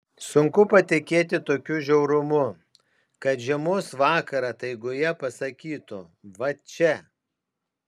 sunku patikėti tokiu žiaurumu kad žiemos vakarą taigoje pasakytų va čia